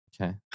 Okay